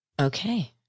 Okay